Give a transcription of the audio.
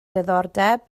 diddordeb